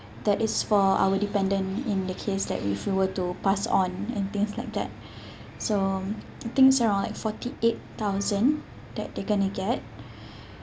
that is for our dependent in the case that if we were to pass on and things like that so I think it's around like forty eight thousand that they going to get